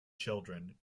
children